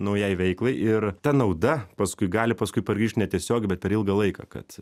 naujai veiklai ir ta nauda paskui gali paskui pargrįšt ne tiesiogiai bet per ilgą laiką kad